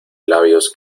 labios